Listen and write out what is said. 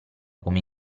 come